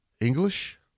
English